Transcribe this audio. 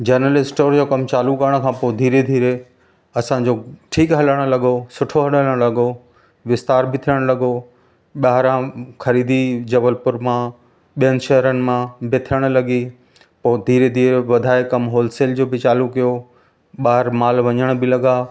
general store जो कमु चालू करण खां पोइ धीरे धीरे असांजो ठीकु हलणु लॻो सुठो हलणु लॻो विस्तार बि थियणु लॻो ॿाहिरां ख़रीदी जबलपुर मां ॿियनि शहरनि मां बि थियणु लॻी पोइ धीरे धीरे वधाए कमु होलसेल जो बि चालू कयो ॿाहिरां माल वञण बि लॻा